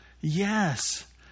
yes